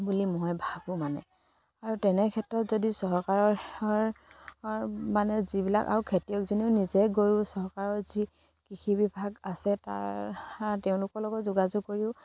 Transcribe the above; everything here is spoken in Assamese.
বুলি মই ভাবোঁ মানে আৰু তেনে ক্ষেত্ৰত যদি চৰকাৰৰৰ মানে যিবিলাক আৰু খেতিয়কজনেও নিজে গৈও চৰকাৰৰ যি কৃষি বিভাগ আছে তাৰ তেওঁলোকৰ লগত যোগাযোগ কৰিও